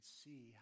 see